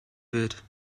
wird